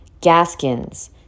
Gaskins